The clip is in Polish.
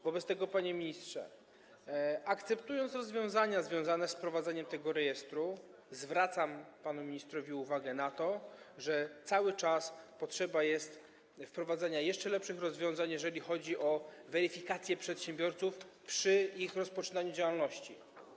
Wobec tego, panie ministrze, akceptując rozwiązania związane z wprowadzeniem tego rejestru, zwracam panu ministrowi uwagę na to, że cały czas jest potrzeba wprowadzenia jeszcze lepszych rozwiązań, jeżeli chodzi o weryfikację przedsiębiorców przy rozpoczynaniu działalności.